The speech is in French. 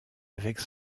avec